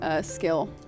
skill